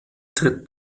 tritt